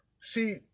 see